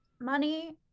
money